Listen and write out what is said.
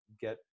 get